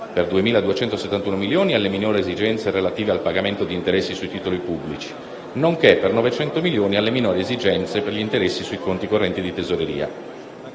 per 2.271 milioni alle minori esigenze relative al pagamento di interessi sui titoli pubblici, nonché, per 900 milioni, alle minori esigenze per gli interessi sui conti correnti di tesoreria.